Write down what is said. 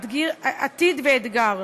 "עתיד" ו"אתגר".